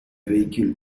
véhicules